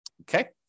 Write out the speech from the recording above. Okay